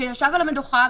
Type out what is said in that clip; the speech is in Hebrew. שישב על המדוכה,